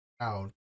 out